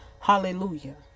Hallelujah